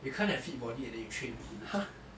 you can't have fit body and then you train your looks [what]